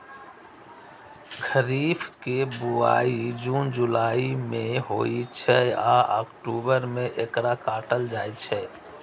खरीफ के बुआई जुन जुलाई मे होइ छै आ अक्टूबर मे एकरा काटल जाइ छै